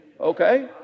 Okay